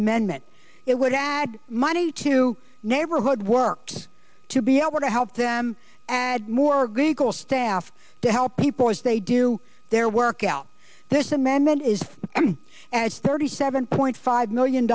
amendment that would add money to neighborhood work to be able to help them add more giggle staff to help people as they do their work out this amendment is as thirty seven point five million